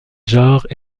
genres